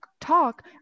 talk